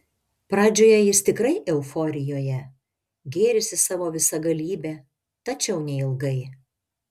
pradžioje jis tikrai euforijoje gėrisi savo visagalybe tačiau neilgai